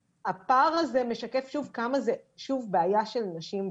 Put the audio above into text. הפער הזה משקף שוב כמה זה שוב בעיה של נשים.